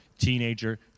teenager